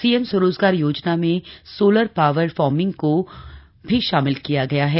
CM स्वरोजगार योजना में सोलर पॉवर फार्मिंग को भी शामिल किया गया है